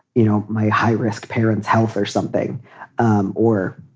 you know, my high risk parents health or something um or,